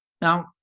now